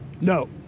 No